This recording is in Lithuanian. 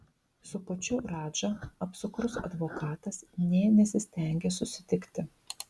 su pačiu radža apsukrus advokatas nė nesistengė susitikti